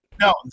No